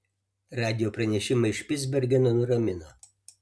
radijo pranešimai iš špicbergeno nuramino